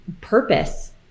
purpose